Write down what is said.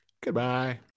Goodbye